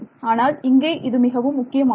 ஆனால் இங்கே இது மிகவும் முக்கியமானது